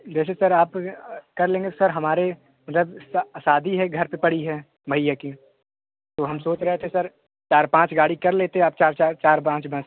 जैसे सर आप कर लेंगे सर हमारे मतलब शादी है घर पर पड़ी है भैया की तो हम सोच रहे थे सर चार पाँच गाड़ी कर लेते आप चार चार चार पाँच बस